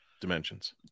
dimensions